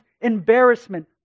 embarrassment